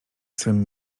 swym